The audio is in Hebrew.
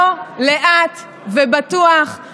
איפה היינו לפני שנה ואיפה אנחנו היום.